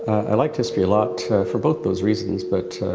i liked history a lot for both those reasons but, ah,